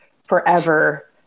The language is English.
forever